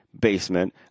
basement